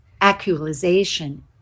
actualization